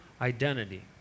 identity